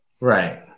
Right